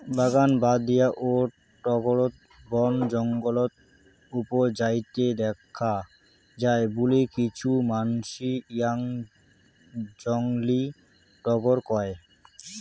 বাগান বাদ দিয়াও টগরক বনজঙ্গলত উবজাইতে দ্যাখ্যা যায় বুলি কিছু মানসি ইয়াক জংলী টগর কয়